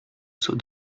saut